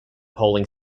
polling